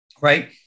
right